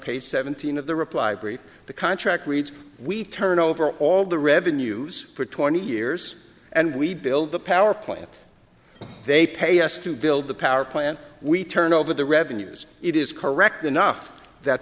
page seventeen of the reply brief the contract reads we turn over all the revenues for twenty years and we build the power plant they pay us to build the power plant we turn over the revenues it is correct enough that